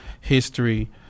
history